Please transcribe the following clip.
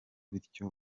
bityo